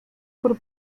por